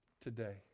today